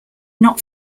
not